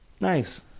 Nice